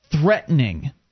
threatening